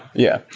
yeah.